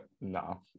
no